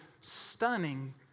stunning